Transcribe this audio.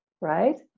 right